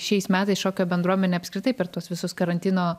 šiais metais šokio bendruomenė apskritai per tuos visus karantino